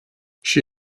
she